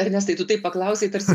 ernestai tu taip paklausei tarsi